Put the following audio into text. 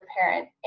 parent